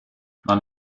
non